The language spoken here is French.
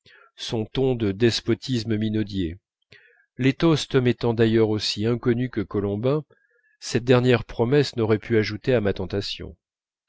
son ton de despotisme minaudier les toasts m'étant d'ailleurs aussi inconnus que colombin cette dernière promesse n'aurait pu ajouter à ma tentation